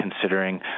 considering